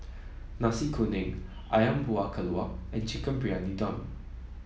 Nasi Kuning ayam Buah Keluak and Chicken Briyani Dum